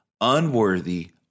unworthy